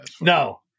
no